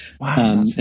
Wow